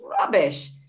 rubbish